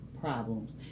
problems